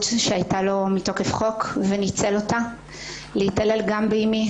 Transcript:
שהייתה לו מתוקף חוק וניצל אותה כדי להתעלל גם באימי,